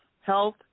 health